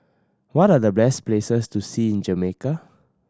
what are the best places to see in Jamaica